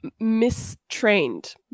mistrained